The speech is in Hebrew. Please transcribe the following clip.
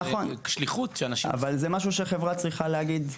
אבל זה משהו שהחברה צריכה להגיד,